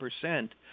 percent